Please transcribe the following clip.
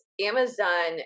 Amazon